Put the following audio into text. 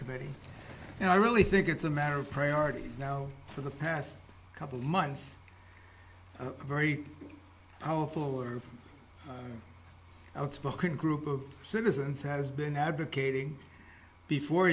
committee and i really think it's a matter of priorities now for the past couple of months very powerful or outspoken group of citizens has been advocating before